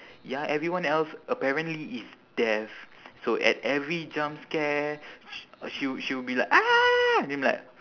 ya everyone else apparently is deaf so at every jump scare sh~ she she will be like then I'm like